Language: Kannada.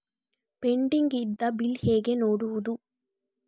ಪೆಂಡಿಂಗ್ ಇದ್ದ ಬಿಲ್ ಹೇಗೆ ನೋಡುವುದು?